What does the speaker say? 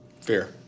Fair